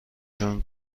جون